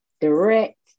direct